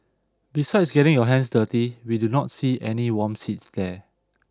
besides getting your hands dirty we do not see any warm seats there